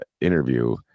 interview